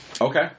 Okay